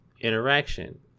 interaction